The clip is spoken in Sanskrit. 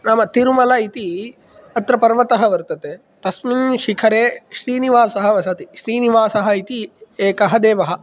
नाम तिरुमला इति अत्र पर्वतः वर्तते तस्मिन् शिखरे श्रीनिवासः वसति श्रीनिवासः इति एकः देवः